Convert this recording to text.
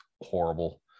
horrible